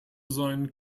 sein